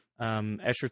Escher